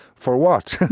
for what?